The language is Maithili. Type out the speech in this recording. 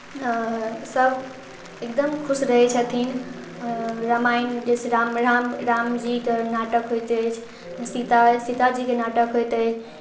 सभ एकदम खुश रहै छथिन रामायण जैसे राम राम रामजीके नाटक होइत अछि सीता सीता जीके नाटक होइत अछि